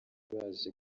baje